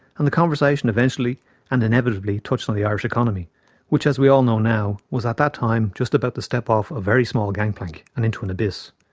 and the conversation eventually and inevitably touched on the irish economy which as we all know now, was at that time just about to step off a very small gangplank and into an abyss.